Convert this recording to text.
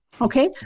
Okay